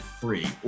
free